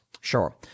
Sure